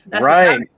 right